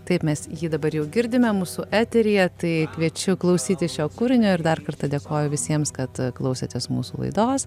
taip mes jį dabar jau girdime mūsų eteryje tai kviečiu klausytis šio kūrinio ir dar kartą dėkoju visiems kad klausėtės mūsų laidos